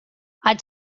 i’d